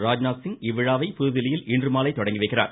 ராஜ்நாத்சிங் இவ்விழாவை புதுதில்லியில் இன்றுமாலை தொடங்கிவைக்கிறார்